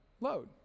load